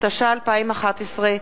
התשע"א 2011,